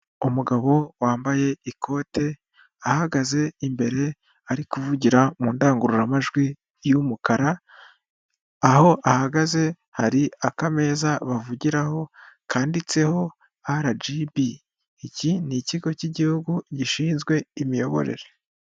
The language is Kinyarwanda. Umugabo wambaye ikote, ahagaze imbere ari kuvugira mu ndangururamajwi y'umukara, aho ahagaze hari akameza bavugiraho kanditseho RGB, iki ni ikigo cy'Igihugu gishinzwe imiyoborere.